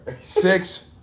six